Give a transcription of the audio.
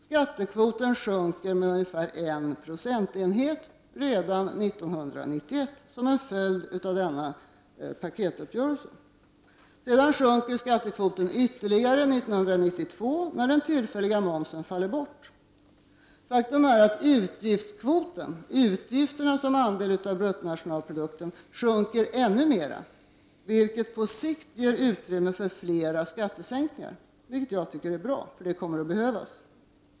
Skattekvoten sjunker med nästan 1 procentenhet redan 1991 som en följd av denna paketuppgörelse. Sedan sjunker skattekvoten ytterligare 1992 när den tillfälliga momsen faller bort. Utgiftskvoten, dvs. utgifterna som andel av bruttonationalprodukten, sjunker ännu mer, och på sikt ger det utrymme för fler skattesänkningar, vilket jag tycker är bra, för det kommer att behövas.